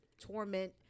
torment